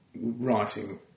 writing